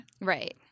Right